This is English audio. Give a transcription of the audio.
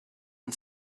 and